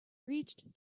reached